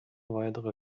weitere